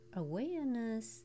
awareness